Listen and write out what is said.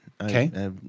Okay